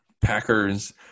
Packers